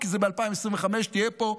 כי ב-2025 תהיה פה,